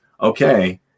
Okay